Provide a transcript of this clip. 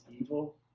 evil